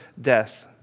death